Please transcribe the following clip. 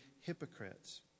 hypocrites